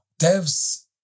Devs